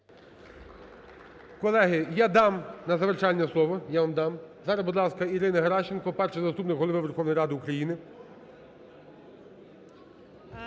Колеги, я дам на завершальне слово, я вам дам. Зараз, будь ласка, Ірина Геращенко, Перший заступник Голови Верховної Ради України.